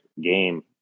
game